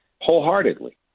wholeheartedly